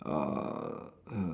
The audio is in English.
uh err